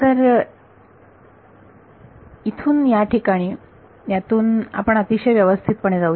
तर इथून या ठिकाणी यातून आपण अतिशय व्यवस्थितपणे जाऊया